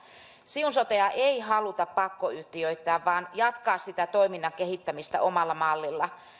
siun sotea ei haluta pakkoyhtiöittää vaan jatkaa sitä toiminnan kehittämistä omalla mallilla